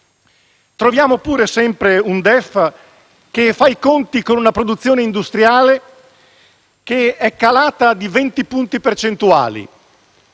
Troviamo poi sempre un DEF che fa i conti con una produzione industriale che è calata di 20 punti percentuali.